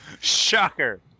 shocker